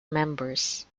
members